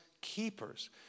keepers